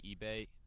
eBay